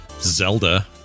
Zelda